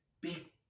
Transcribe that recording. big